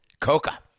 Coca